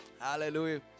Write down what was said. Hallelujah